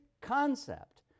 concept